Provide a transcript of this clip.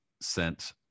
sent